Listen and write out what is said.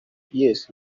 yes